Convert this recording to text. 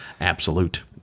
Absolute